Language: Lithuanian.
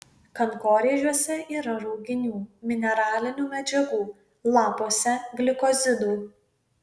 kankorėžiuose yra rauginių mineralinių medžiagų lapuose glikozidų